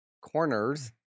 corners